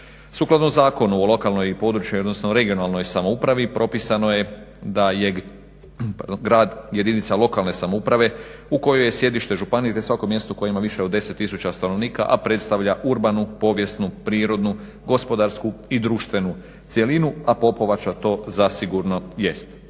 Sukladno Zakonu o lokalnoj i područnoj (regionalnoj) samoupravi propisano je da je grad jedinica lokalne samouprave u kojoj je sjedište županije te svako mjesto koje ima više od 10 tisuća stanovnika, a predstavlja urbanu, povijesnu, prirodnu, gospodarsku i društvenu cjelinu a Popovača to zasigurno jest.